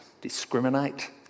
discriminate